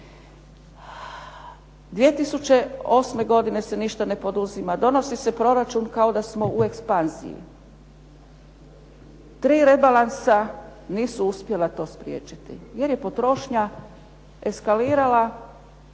2008. godine se ništa ne poduzima, donosi se proračun kao da smo u ekspanziji, tri rebalansa nisu uspjela to spriječiti jer je potrošnja eskalirala,